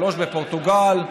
שלוש בפורטוגל,